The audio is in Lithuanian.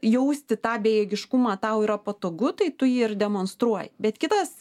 jausti tą bejėgiškumą tau yra patogu tai tu jį ir demonstruoji bet kitas